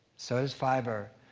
so does fiber.